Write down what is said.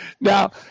now